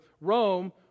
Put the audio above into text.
Rome